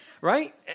right